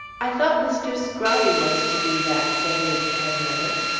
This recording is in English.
i thought mr. scrobby was to do that? said lady penwether.